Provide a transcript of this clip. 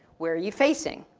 where are you facing,